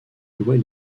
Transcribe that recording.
louaient